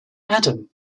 adam